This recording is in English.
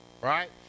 right